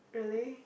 really